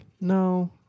no